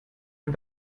dem